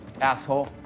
asshole